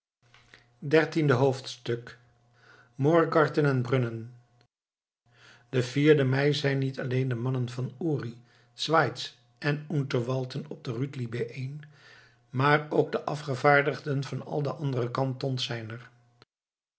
dertiende hoofdstuk morgarten en brunnen den vierden mei zijn niet alleen de mannen van uri schweiz en unterwalden op de rütli bijeen maar ook de afgevaardigden van al de andere kantons zijn er